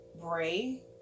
Bray